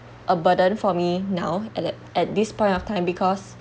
a burden for me now at at this point of time because